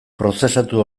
prozesatu